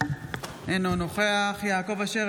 אינו נוכח יעקב אשר,